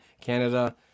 Canada